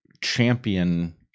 champion